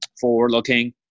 forward-looking